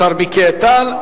יש השר מיקי איתן.